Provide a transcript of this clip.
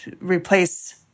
replace